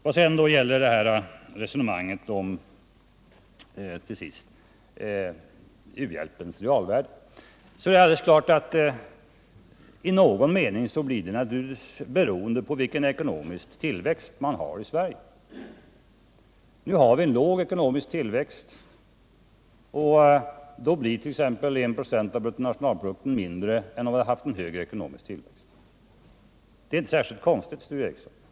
Vad så till sist gäller resonemanget om u-hjälpens realvärde är det alldeles klart att det i någon mån blir beroende på vilken ekonomisk tillväxt vi har i Sverige. Nu har vi en låg ekonomisk tillväxt, och då blir 1 96 av bruttonationalprodukten mindre än om vi hade haft en högre ekonomisk tillväxt. Det är inte särskilt konstigt, Sture Ericson.